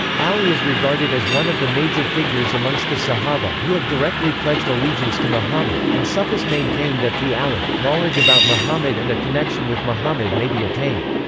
ali is regarded as one of the major figures amongst the sahaba who have directly pledged allegiance to muhammad, and sufis maintain that through ali, knowledge about muhammad and a connection with muhammad may be attained.